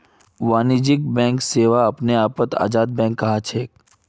वाणिज्यिक बैंक सेवा अपने आपत आजाद बैंक कहलाछेक